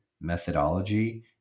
methodology